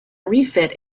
refit